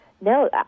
No